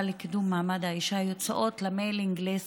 לקידום מעמד האישה יוצאות ל-mailing list